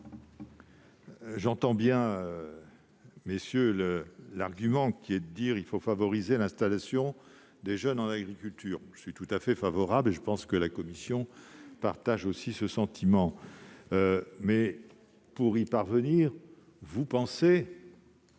J'entends bien, messieurs, l'argument selon lequel il faut favoriser l'installation des jeunes en agriculture. J'y suis tout à fait favorable et je pense que la commission partage aussi ce sentiment. Vous considérez que